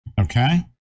Okay